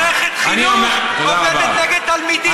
איפה זה נשמע שמערכת חינוך עובדת נגד תלמידים?